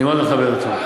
אני מאוד מכבד אותו.